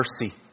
mercy